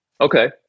Okay